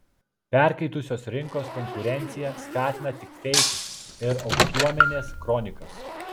perkaitusios rinkos konkurencija skatina tik feikus ir aukštuomenės kronikas